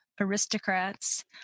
aristocrats